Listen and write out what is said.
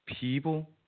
people